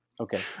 okay